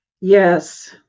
Yes